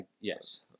Yes